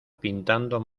pintando